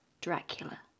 Dracula